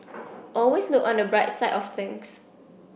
always look on the bright side of things